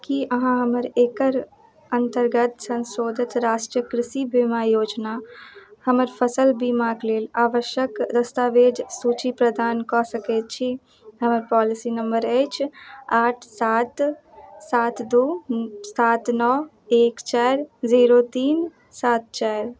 कि अहाँ हमर एकर अन्तर्गत सन्शोधित राष्ट्रीय कृषि बीमा योजना हमर फसिल बीमाके लेल आवश्यक दस्तावेज सूचि प्रदान कऽ सकैत छी हमर पॉलिसी नम्बर अछि आठ सात सात दुइ सात नओ एक चारि जीरो तीन सात चारि